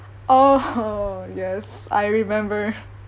oh yes I remember